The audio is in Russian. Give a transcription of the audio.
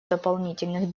дополнительных